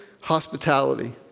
hospitality